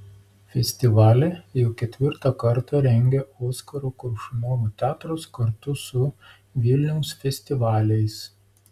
festivalį jau ketvirtą kartą rengia oskaro koršunovo teatras kartu su vilniaus festivaliais